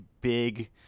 big